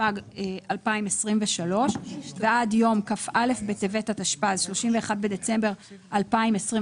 התשפ"ג-2023 ועד יום כ"א בטבת התשפ"ז (31 בדצמבר 2026),